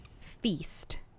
feast